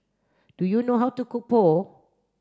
do you know how to cook Pho